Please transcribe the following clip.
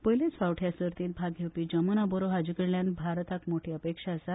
पयलेच फावट ह्या सर्तीत भाग घेवपी जमूना बोरो हाच्याकडल्यान भारताक मोठी अपेक्षा आसा